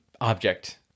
object